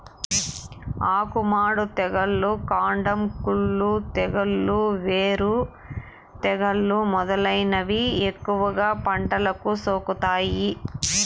ఆకు మాడు తెగులు, కాండం కుళ్ళు తెగులు, వేరు తెగులు మొదలైనవి ఎక్కువగా పంటలకు సోకుతాయి